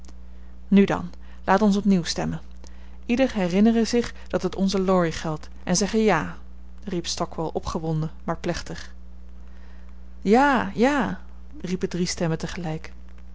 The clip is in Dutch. nu dan laat ons opnieuw stemmen ieder herinnere zich dat het onzen laurie geldt en zegge ja riep stockwall opgewonden maar plechtig ja ja riepen drie stemmen tegelijk